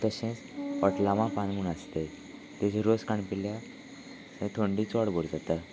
तशेंच ओटलामा पान म्हूण आसत तेजे रोस काडून पिल्यार थंडी चड भर जाता